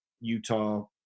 Utah